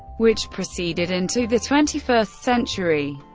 which proceeded into the twenty first century.